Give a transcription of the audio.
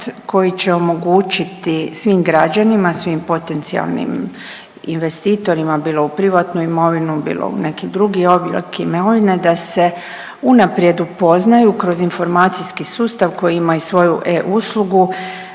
koji će omogućiti svim građanima, svim potencijalnim investitorima bilo u privatnu imovinu, bilo u neki drugi oblik imovine da se unaprijed upoznaju kroz informacijski sustav koji ima i svoju e-Uslugu